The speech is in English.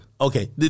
Okay